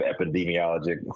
epidemiologic